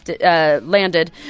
landed